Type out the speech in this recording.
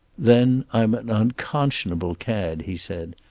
then i'm an unconscionable cad, he said.